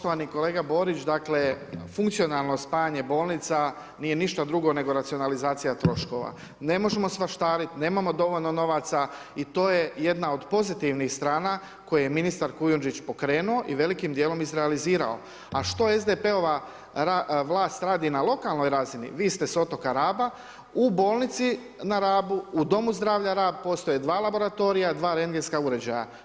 Poštovani kolega Borić, dakle, funkcionalno spajanje bolnica nije ništa drugo nego racionalizacija troškova, ne možemo svaštarit, nemamo dovoljno novaca i to je jedna od pozitivnih strana koje je ministar Kujundžić pokrenuo i velikim dijelom izrealizirao, a što SDP-ova vlast radi na lokalnoj razini vi ste s otoka Raba u bolnici na Rabu, u Domu zdravlja Rab postoje dva laboratorija, dva rendgenska uređaja.